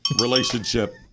relationship